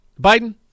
Biden